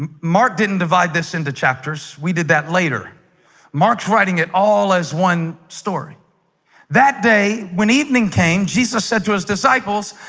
um mark didn't divide this into chapters. we did that later mark's writing it all as one story that day when evening came jesus said to his disciples.